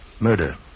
murder